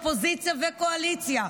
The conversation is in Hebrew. אופוזיציה וקואליציה,